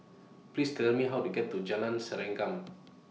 Please Tell Me How to get to Jalan Serengam